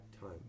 time